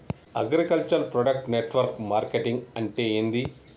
Agriculture product network marketing అంటే ఏంది?